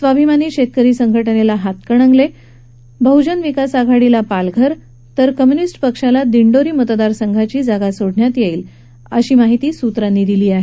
स्वाभिमानी शेतकरी संघटनेला हातकणंगले बहुजन विकास आघाडीला पालघर तर कम्युनिस्ट पक्षाला दिंडोरी मतदार संघाची जागा सोडण्यात येईल अशी माहिती सूत्रांनी दिली आहे